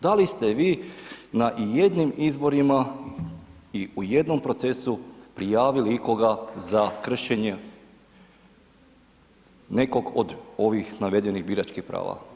Da li ste vi na ijednim izborima i u jednom procesu prijavili ikoga za kršenje nekog od ovih navedenih biračkih prava?